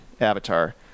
avatar